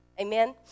Amen